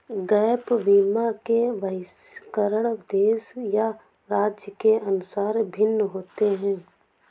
gap बीमा के बहिष्करण देश या राज्य के अनुसार भिन्न होते हैं